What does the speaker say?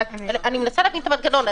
אני מנסה להבין את המנגנון.